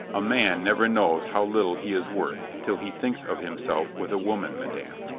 a man never knows how little he is worth till he thinks of himself with a woman, madame,